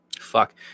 Fuck